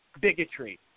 bigotry